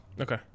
Okay